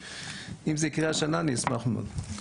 אם זה יקרה השנה, אני אשמח מאוד.